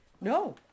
no